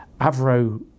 Avro